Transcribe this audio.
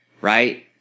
right